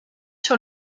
sur